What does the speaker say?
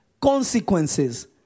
consequences